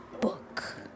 book